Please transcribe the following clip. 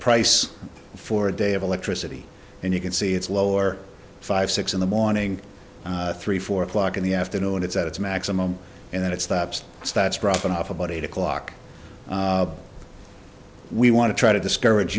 price for a day of electricity and you can see it's lower five six in the morning three four o'clock in the afternoon when it's at its maximum and then it stops and starts dropping off about eight o'clock we want to try to discourage